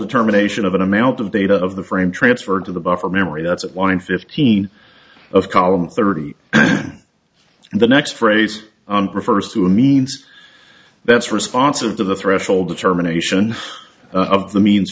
determination of an amount of data of the frame transferred to the buffer memory that's why in fifteen of column thirty and the next phrase refers to a means that's responsive to the threshold determination of the means